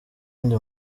ndi